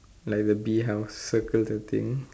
like the bee house circle the thing